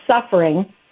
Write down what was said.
suffering